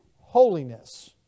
holiness